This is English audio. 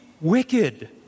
wicked